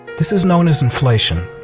this is known as inflation.